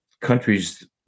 countries